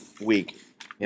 week